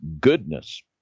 Goodness